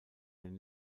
den